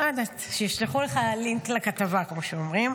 לא יודעת, שישלחו לך לינק לכתבה, כמו שאומרים.